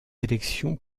élections